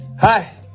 Hi